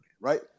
right